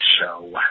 show